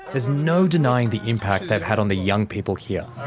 there's no denying the impact they've had on the young people here.